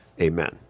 amen